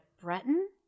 Breton